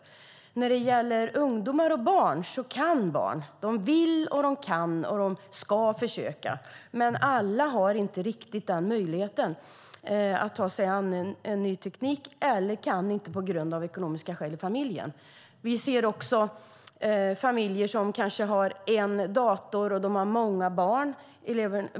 När det gäller ungdomar och barn så kan barn. De vill, kan och ska försöka, men alla har inte riktigt möjligheten att ta sig an en ny teknik eller kan inte ta till sig den på grund av familjens ekonomi. Vi ser också familjer som kanske har en dator men många barn.